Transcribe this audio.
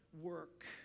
work